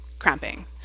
cramping